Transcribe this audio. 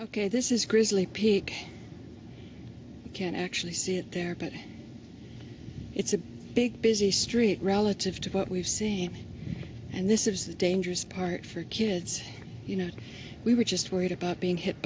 ok this is grizzly can actually see it there but it's a big busy street relative to what we've seen and this is the dangerous part for kids you know we were just worried about being hit